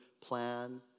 plan